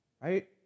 right